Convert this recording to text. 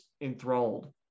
enthralled